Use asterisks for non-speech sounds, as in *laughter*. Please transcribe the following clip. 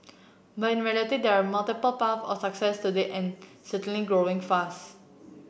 but in reality there are multiple path of success today and certainly *unintelligible* fast